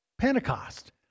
pentecost